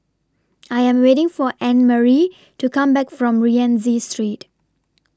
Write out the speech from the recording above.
I Am waiting For Annemarie to Come Back from Rienzi Street